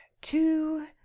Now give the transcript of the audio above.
two